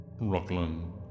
Rockland